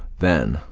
then,